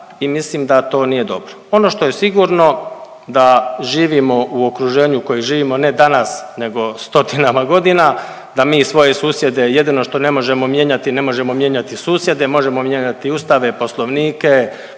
i mislim da to nije dobro. Ono što je sigurno da živimo u okruženju u kojem živimo, ne danas nego stotinama godina, da mi svoje susjede jedino što ne možemo mijenjati ne možemo mijenjati susjede, možemo mijenjati ustave i poslovnike,